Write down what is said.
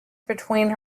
between